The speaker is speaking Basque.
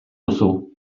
duzu